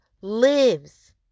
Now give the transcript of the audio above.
lives